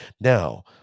Now